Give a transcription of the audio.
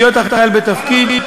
בהיות החייל בתפקיד,